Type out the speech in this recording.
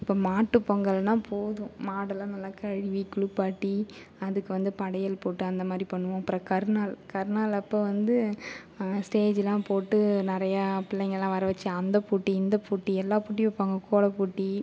இப்போ மாட்டு பொங்கல்னால் போதும் மாடெலாம் நல்லா கழுவி குளிப்பாட்டி அதுக்கு வந்து படையல் போட்டு அந்தமாதிரி பண்ணுவோம் அப்புறம் கருநாள் கருநாள் அப்போது வந்து ஸ்டேஜுலாம் போட்டு நிறைய பிள்ளைங்கள்லாம் வர வச்சு அந்த போட்டி இந்த போட்டி எல்லா போட்டியும் வைப்பாங்க கோலப்போட்டி